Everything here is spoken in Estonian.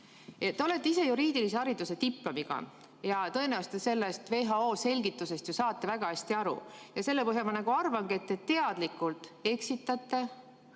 Te olete ise juriidilise hariduse diplomiga ja tõenäoliselt te saate sellest WHO selgitusest ju väga hästi aru. Selle põhjal ma arvangi, et te teadlikult eksitate,